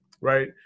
right